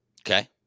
Okay